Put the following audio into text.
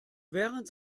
während